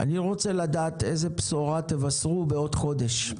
אני רוצה לדעת איזו בשורה תבשרו בעוד חודש,